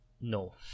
no